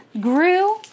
grew